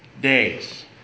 days